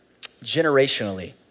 generationally